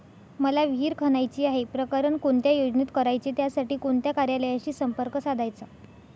मला विहिर खणायची आहे, प्रकरण कोणत्या योजनेत करायचे त्यासाठी कोणत्या कार्यालयाशी संपर्क साधायचा?